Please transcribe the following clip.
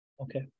okay